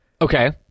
Okay